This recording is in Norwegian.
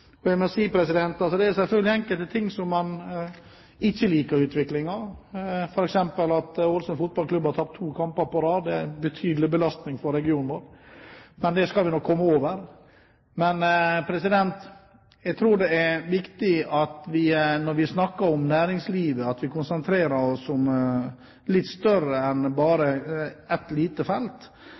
Jeg må si at det selvfølgelig er enkelte ting vi ikke liker i utviklingen, f.eks. at Aalesunds Fotballklubb har tapt to kamper på rad. Det er en betydelig belastning for regionen vår, men det skal vi nok komme over. Jeg tror det er viktig at vi, når vi snakker om næringslivet, konsentrerer oss om et litt større felt enn bare et lite.